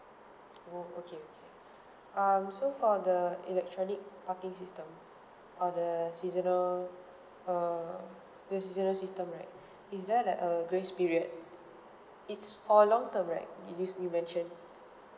oh okay okay um so for the electronic parking system or the seasonal err the seasonal system right is there like a grace period it's for long term right in use you mention